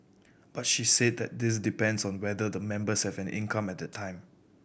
but she said that this depends on whether the members have an income at that time